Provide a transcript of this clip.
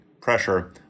pressure